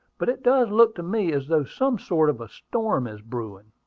but it does look to me as though some sort of a storm is brewing.